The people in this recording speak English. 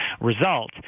result